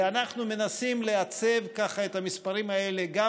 ואנחנו מנסים לעצב את המספרים האלה גם